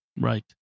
Right